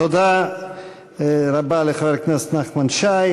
תודה רבה לחבר הכנסת נחמן שי.